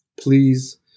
Please